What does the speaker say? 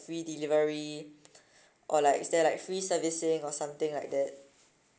free delivery or like is there like free servicing or something like that